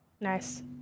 Nice